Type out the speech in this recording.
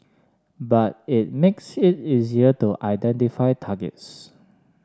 but it makes it easier to identify targets